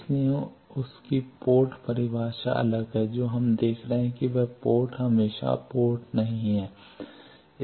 इसलिए उसकी पोर्ट परिभाषा अलग है जो हम देख रहे हैं वह पोर्ट हमेशा पोर्ट नहीं है